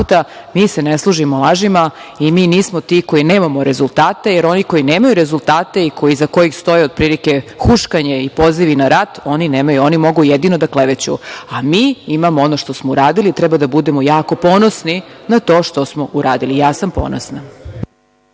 mi se ne služimo lažimo i mi nismo ti koji nemamo rezultate, jer oni koji nemaju rezultate i iza kojih stoje otprilike huškanje i pozivi na rat, oni nemaju, oni mogu jedino da kleveću, mi imamo ono što smo uradili, treba da budemo jako ponosni na to što smo uradili. Ja sam ponosna.